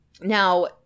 Now